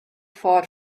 fought